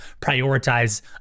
prioritize